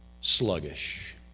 sluggish